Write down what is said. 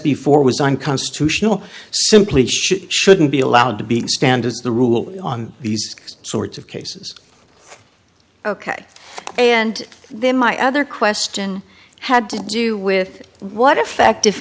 b four was unconstitutional simply shouldn't be allowed to be standards the rule on these sorts of cases ok and then my other question had to do with what effect